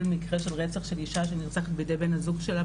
מקרה של רצח של אישה שנרצחת על-ידי בן הזוג שלה,